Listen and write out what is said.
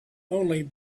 only